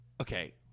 okay